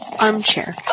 Armchair